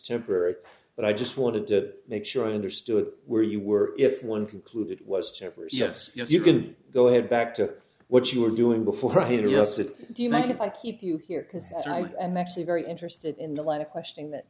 temporary but i just wanted to make sure i understood where you were if one concluded it was chippers yes yes you can go ahead back to what you were doing before yes it do you mind if i keep you here because i am actually very interested in the line of questioning that